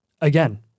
again